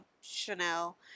Chanel